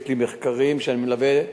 יש לי מחקרים שאני מלווה,